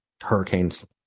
hurricanes